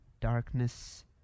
darkness